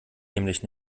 nämlich